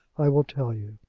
i will tell you.